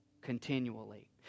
continually